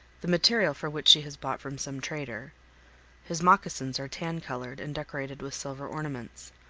the material for which he has bought from some trader his moccasins are tan-colored and decorated with silver ornaments,